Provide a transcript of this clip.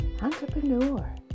Entrepreneur